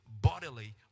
bodily